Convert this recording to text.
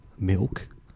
Milk